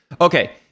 Okay